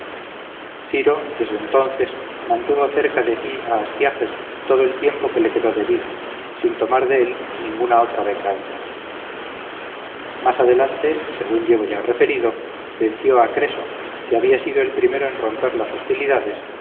ciro desde entonces mantuvo cerca de sí a astiages todo el tiempo que le quedó de vida sin tomar de él ninguna otra venganza más adelante según llevo ya referido venció a creso que había sido el primero en romper las hostilidades